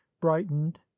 brightened